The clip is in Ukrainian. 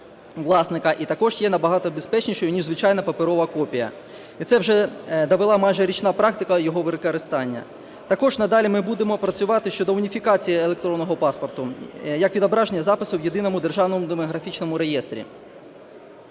і також є набагато безпечнішою, ніж звичайна паперова копія. І це вже довела майже річна практика його використання. Також надалі ми будемо працювати щодо уніфікації електронного паспорта, як відображення запису в Єдиному демографічному реєстрі.